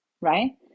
right